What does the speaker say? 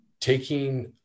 taking